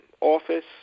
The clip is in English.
office